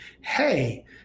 hey